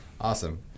Awesome